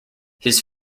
his